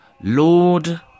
Lord